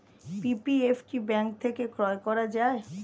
PPF কি bank থেকে ক্রয় করা যায়?